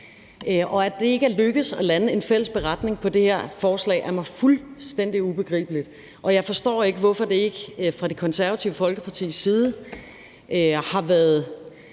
og at det ikke er lykkedes at lande en fælles beretning på det her forslag, er mig fuldstændig ubegribeligt. Jeg forstår ikke, hvorfor det ikke fra Det Konservative Folkepartis side har været